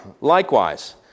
Likewise